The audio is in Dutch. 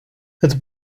het